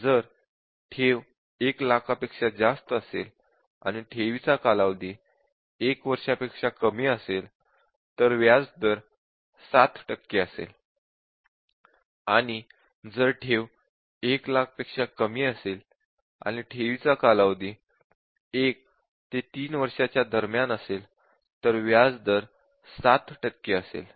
जर ठेव 1 लाखापेक्षा जास्त असेल आणि ठेवीचा कालावधी 1 वर्षापेक्षा कमी असेल तर व्याज दर ७ टक्के असेल आणि जर ठेव 1 लाख पेक्षा कमी असेल आणि ठेवीचा कालावधी 1 ते 3 वर्षांच्या दरम्यान असेल तर व्याज दर ७ टक्के असेल